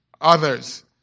others